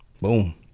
Boom